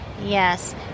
Yes